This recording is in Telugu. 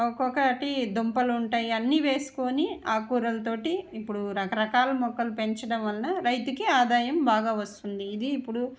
ఒక్కొక్కటి దుంపలు ఉంటాయి అన్నీ వేసుకొని ఆకుకూరలతోటి ఇప్పుడు రకరకాల మొక్కలు పెంచడం వల్ల రైతుకి ఆదాయం బాగా వస్తుంది ఇది ఇప్పుడు